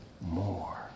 more